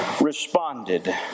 responded